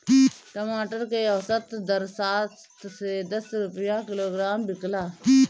टमाटर के औसत दर सात से दस रुपया किलोग्राम बिकला?